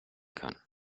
kann